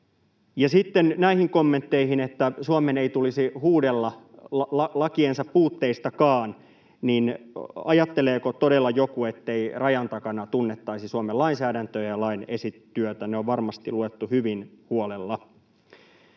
sitten näihin kommentteihin, että Suomen ei tulisi huudella lakiensa puutteistakaan: Ajatteleeko todella joku, ettei rajan takana tunnettaisi Suomen lainsäädäntöä ja lain esityötä? Ne on varmasti luettu hyvin huolella.